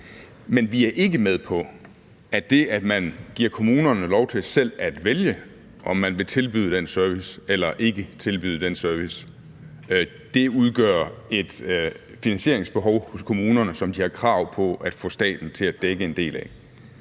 Men vi er ikke med på, at det, at man giver kommunerne lov til selv at vælge, om de vil tilbyde den service eller ikke tilbyde den service, udgør et finansieringsbehov hos kommunerne, som de har krav på at få staten til at dække en del af.